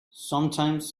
sometimes